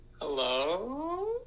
Hello